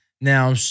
Now